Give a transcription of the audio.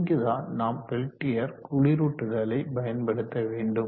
இங்கு தான் நாம் பெல்டியர் குளிரூட்டுதலை பயன்படுத்த வேண்டும்